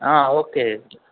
okay అయితే